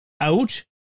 out